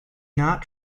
not